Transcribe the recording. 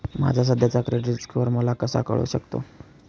माझा सध्याचा credit score मला कसा कळू शकतो?